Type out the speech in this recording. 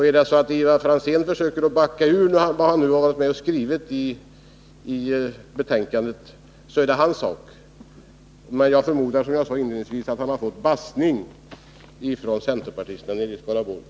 Är det så att Ivar Franzén försöker backa ut från vad han nu varit med om att skriva i betänkandet så är det hans sak, men jag förmodar, som jag sade inledningsvis, att han fått ”bassning” av centerpartisterna i Skaraborg.